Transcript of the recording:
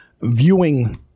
viewing